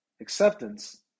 acceptance